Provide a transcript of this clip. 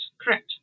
Correct